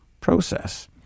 process